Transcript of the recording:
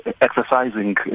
exercising